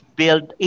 build